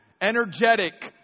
energetic